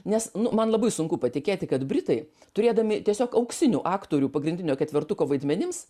nes nu man labai sunku patikėti kad britai turėdami tiesiog auksinių aktorių pagrindinio ketvirtuko vaidmenims